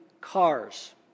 cars